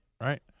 right